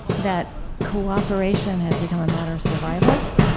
that cooperation has become a matter of survival,